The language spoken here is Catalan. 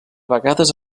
vegades